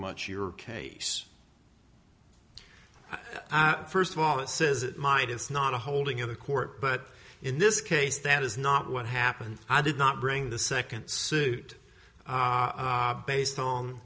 much your case first of all it says it might it's not a holding in the court but in this case that is not what happened i did not bring the second suit based on